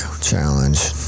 challenge